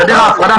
סתם, דמגוג בגרוש.